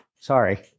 Sorry